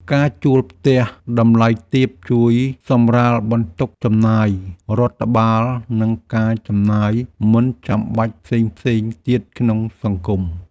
ការជួលផ្ទះតម្លៃទាបជួយសម្រាលបន្ទុកចំណាយរដ្ឋបាលនិងការចំណាយមិនចាំបាច់ផ្សេងៗទៀតក្នុងសង្គម។